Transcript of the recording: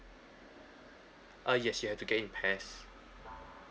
uh yes you have to get in pairs